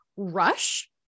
Rush